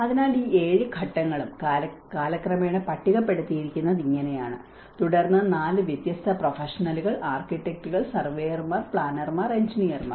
അതിനാൽ ഈ 7 ഘട്ടങ്ങളും കാലക്രമേണ പട്ടികപ്പെടുത്തിയിരിക്കുന്നത് ഇങ്ങനെയാണ് തുടർന്ന് 4 വ്യത്യസ്ത പ്രൊഫഷണലുകൾ ആർക്കിടെക്റ്റുകൾ സർവേയർമാർ പ്ലാനർമാർ എഞ്ചിനീയർമാർ